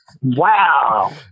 Wow